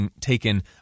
taken